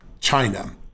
China